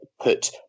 put